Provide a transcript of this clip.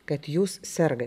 kad jūs sergat